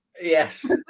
Yes